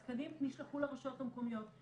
התקנים נשלחו לרשויות המקומיות.